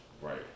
Right